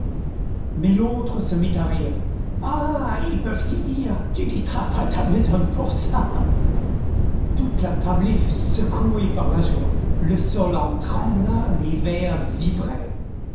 mais l'autre se mit à rire ah i peuvent y venir tu quitteras pas ta besogne pour ça toute la tablée fut secouée par la joie le sol en trembla les verres vibrèrent